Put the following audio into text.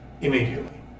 Immediately